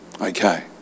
Okay